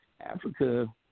Africa